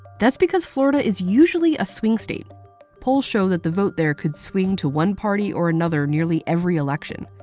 that's because florida is usually a swing state polls show that the vote there could swing to one party or another in nearly every election.